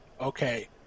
okay